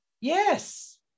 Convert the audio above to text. Yes